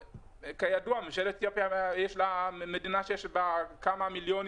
כידוע ממשלת אתיופיה היא מדינה שיש בה כמה מיליונים